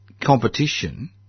competition